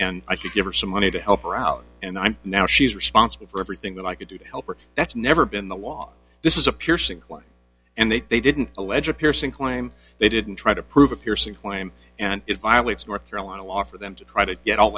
and i could give her some money to help her out and i'm now she's responsible for everything that i could do to help her that's never been the law this is a piercing and they they didn't allege a piercing claim they didn't try to prove a piercing claim and if i will it's north carolina law for them to try to get all